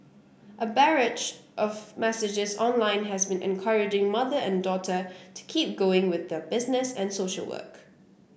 a barrage of messages online has been encouraging mother and daughter to keep going with their business and social work